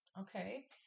Okay